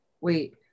Wait